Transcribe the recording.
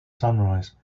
sunrise